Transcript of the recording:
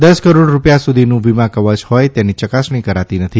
દસ કરોડ રૂપિયા સુધીનું વીમા કવચ હોય તેની યકાસણી કરાતી નથી